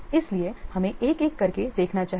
इसलिए हमें एक एक करके देखना चाहिए